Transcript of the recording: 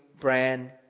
brand